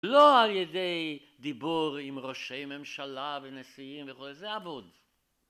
לא על ידי דיבור עם ראשי ממשלה ונשיאים וכל זה, זה אבוד